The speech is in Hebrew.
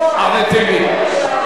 אחמד טיבי,